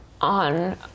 on